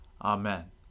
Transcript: Amen